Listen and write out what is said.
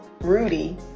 Rudy